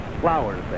flowers